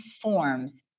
forms